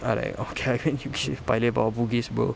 ah like okay I meant bugis paya lebar or bugis bro